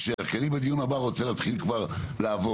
כי אני בדיון הבא רוצה להתחיל כבר לעבוד,